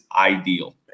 ideal